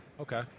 Okay